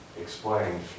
explained